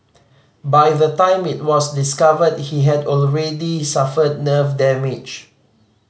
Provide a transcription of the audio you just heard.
by the time it was discovered he had already suffered nerve damage